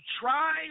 try